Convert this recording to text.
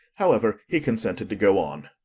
however, he consented to go on.